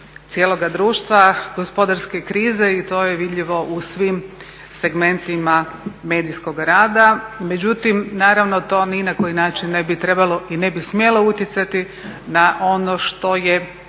cijeloga društva, gospodarske krize i to je vidljivo u svim segmentima medijskog rada. Međutim naravno, to ni na koji način ne bi trebalo i ne bi smjelo utjecati na ono što je